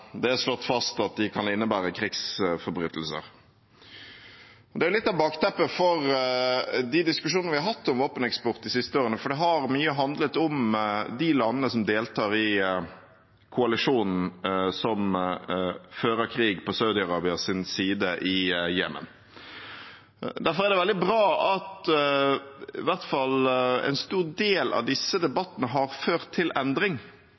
det er slått fast at det kan innebære krigsforbrytelser. Det er litt av bakteppet for de diskusjonene vi har hatt om våpeneksport de siste årene, for det har handlet mye om de landene som deltar i koalisjonen som fører krig på Saudi-Arabias side i Jemen. Derfor er det veldig bra at i hvert fall en stor del av disse debattene har ført til endring,